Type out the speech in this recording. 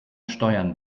steuern